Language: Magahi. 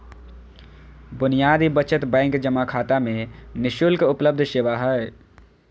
बुनियादी बचत बैंक जमा खाता में नि शुल्क उपलब्ध सेवा हइ